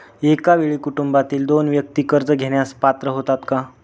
एका वेळी कुटुंबातील दोन व्यक्ती कर्ज घेण्यास पात्र होतात का?